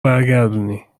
برگردونی